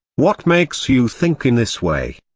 what makes you think in this way?